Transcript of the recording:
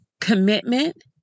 commitment